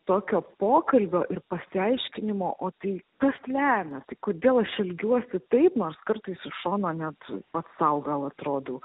tokio pokalbio ir pasiaiškinimo o tai kas lemia tai kodėl aš elgiuosi taip nors kartais iš šono net pats sau gal atrodau